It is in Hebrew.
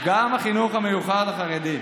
גם החינוך המיוחד לחרדים.